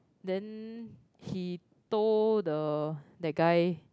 then he told the the guy